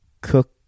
Cook